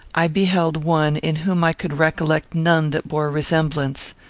i beheld one in whom i could recollect none that bore resemblance.